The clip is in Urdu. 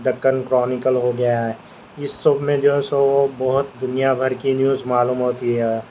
دکن کرونیکل ہوگیا اس سب میں جو ہے سو بہت دنیا بھر کی نیوز معلوم ہوتی ہے